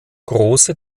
große